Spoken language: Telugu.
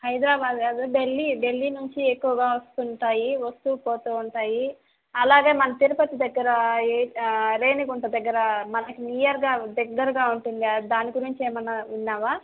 హైదరాబాద్ కాదు ఢిల్లీ ఢిల్లీ నుంచి ఎక్కువగా వస్తుంటాయి వస్తూ పోతు ఉంటాయి అలాగే మన తిరుపతి దగ్గర రేణిగుంట దగ్గర మనకు నియర్గా దగ్గరగా ఉంటుంది దాని గురించి ఏమన్నా విన్నావా